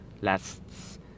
lasts